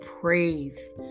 praise